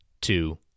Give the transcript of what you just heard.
two